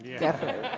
definitely.